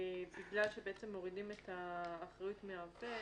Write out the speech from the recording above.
שבעצם מורידים את האחריות מהעובד,